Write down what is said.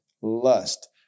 lust